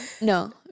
no